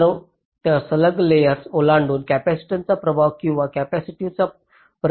तर सलग लेयर्स ओलांडून कॅपेसिटन्सचा प्रभाव किंवा कॅपेसिटिव्हचा परिणाम अधिक होईल